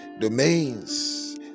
domains